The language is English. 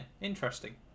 interesting